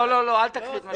לא, אל תקריא את מה שכתוב.